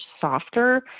softer